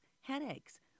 headaches